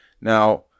Now